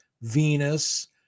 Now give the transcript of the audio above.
Venus